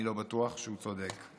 אני לא בטוח שהוא צודק.